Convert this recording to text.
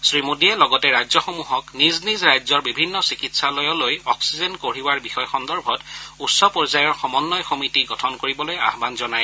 শ্ৰীমোদীয়ে লগতে ৰাজ্যসমূহক নিজ নিজ ৰাজ্যৰ বিভিন্ন চিকিৎসালয়লৈ অক্সিজেন কঢ়িওৱাৰ বিষয় সন্দৰ্ভত উচ্চপৰ্যায়ৰ সমন্বয় কমিটী গঠন কৰিবলৈ আহান জনায়